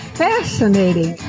fascinating